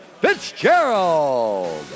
Fitzgerald